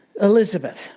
Elizabeth